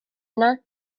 yna